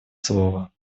слово